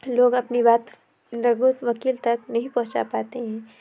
لوگ اپنی بات لوگ اُس وکیل تک نہیں پہنچا پاتے ہیں